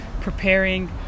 preparing